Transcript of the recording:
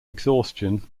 exhaustion